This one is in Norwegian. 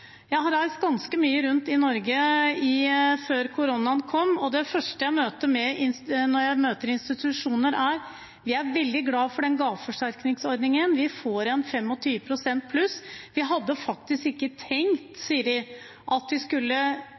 Jeg har reist ganske mye rundt i Norge før koronaen kom, og det første jeg hører når jeg møter institusjoner, er at de er veldig glad for den gaveforsterkningsordningen, de får en 25 pst. pluss. De sier de faktisk ikke hadde tenkt at de